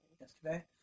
yesterday